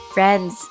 Friends